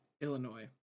Illinois